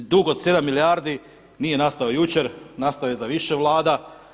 Dug od sedam milijardi nije nastao jučer, nastao je za više Vlada.